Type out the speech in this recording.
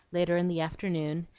later in the afternoon,